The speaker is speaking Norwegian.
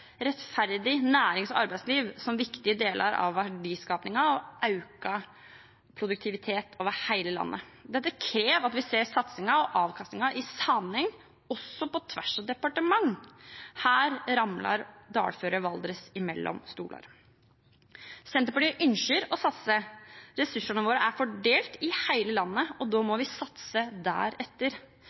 rettferdig nærings- og arbeidsliv som viktige deler av verdiskapingen og økt produktivitet over hele landet. Dette krever at vi ser satsingen og avkastningen i sammenheng, også på tvers av departement. Her ramler dalføret Valdres mellom stoler. Senterpartiet ønsker å satse. Ressursene våre er fordelt i hele landet, og da må vi satse